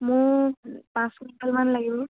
মোক পাঁচ কুইণ্টেলমান লাগিব